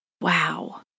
Wow